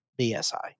BSI